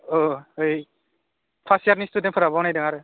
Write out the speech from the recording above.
औ ओइ फार्स्ट इयारनि स्टुदेन्टफोरा बानायदों आरो